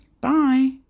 Bye